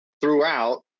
throughout